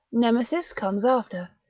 nemesis comes after,